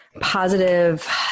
positive